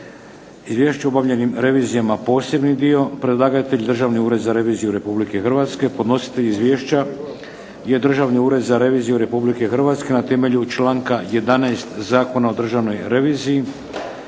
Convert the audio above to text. Izvješće o objavljenim revizijama (posebni dio) Predlagatelj Državni ured za reviziju Republike Hrvatske. Podnositelj izvješća je Državni ured za reviziju Republike Hrvatske na temelju članka 11. Zakona o Državnoj reviziji.